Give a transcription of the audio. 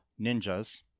Ninjas